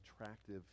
attractive